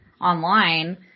online